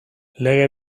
lege